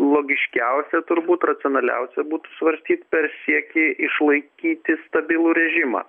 logiškiausia turbūt racionaliausia būtų svarstyt per siekį išlaikyti stabilų režimą